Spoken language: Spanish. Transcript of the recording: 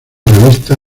revista